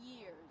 years